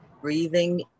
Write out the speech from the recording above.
Breathing